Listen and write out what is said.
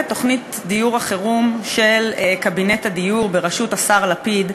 תוכנית דיור החירום של קבינט הדיור בראשות השר לפיד,